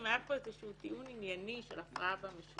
אם היה פה איזשהו טיעון ענייני של הפרעה במשילות